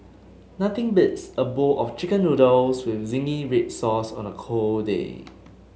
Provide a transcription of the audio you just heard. nothing beats a bowl of chicken noodles with zingy red sauce on a cold day